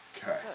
Okay